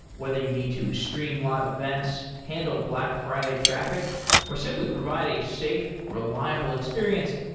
whether you need to stream live events, handle black friday traffic or simply provide a safe, reliable experience,